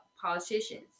politicians